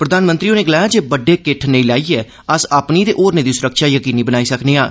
प्रधानमंत्री होरें गलाया जे बड्डे किट्ठ नेईं लाइयै अस अपनी ते होरने दी सुरक्षा यकीनी बनाई सकने आं